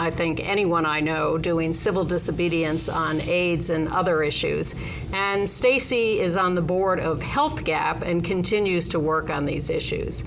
i think anyone i know doing civil disobedience on aids and other issues and stacy is on the board of health gap and continues to work on these issues